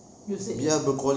you said